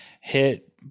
hit